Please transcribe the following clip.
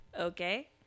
okay